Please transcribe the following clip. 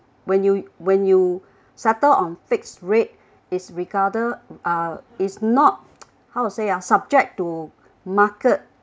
when you when you settled on fixed rate it's regarding uh it's not how to say ah subject to market